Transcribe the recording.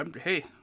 Hey